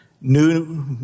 New